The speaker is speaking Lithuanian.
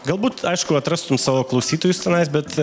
galbūt aišku atrastum savo klausytojus tenais bet